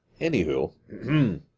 Anywho